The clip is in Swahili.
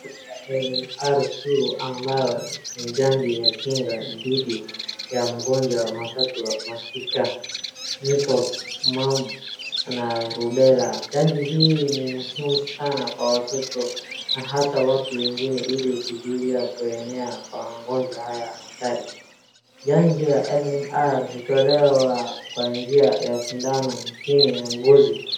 Chanjo ya MMR II ambayo ni chanjo ya kinga dhidi ya mgonjwa wa matatu masika measles, mumps and rubella chanjo hii ni muhimu sana kwa watoto na hata watu wengine ili kuzuia kuenea kwa magonjwa haya hatari. Chanjo ya MMR hutolewa kwa njia ya sindano chini ya ngozi.